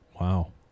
Wow